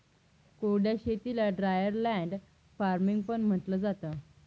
कोरड्या शेतीला dryer land farming पण म्हंटलं जातं